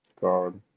God